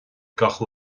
gach